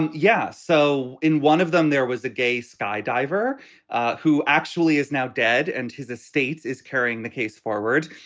yes. so in one of them, there was a gay skydiver who actually is now dead and his estate is carrying the case forward.